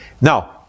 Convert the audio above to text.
Now